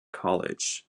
college